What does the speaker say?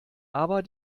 aber